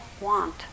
want